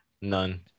none